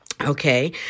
Okay